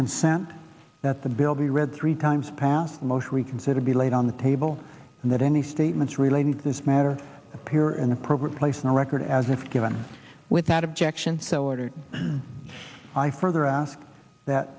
consent that the bill be read three times past most reconsider be laid on the table and that any statements relating to this matter appear in appropriate place in the record as if given without objection so ordered i further ask that